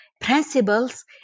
principles